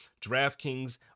DraftKings